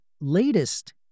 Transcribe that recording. latest